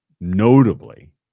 Notably